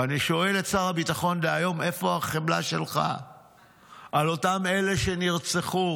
ואני שואל את שר הביטחון דהיום: איפה החמלה שלך על אותם אלה שנרצחו,